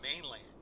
mainland